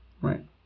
right